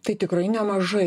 tai tikrai nemažai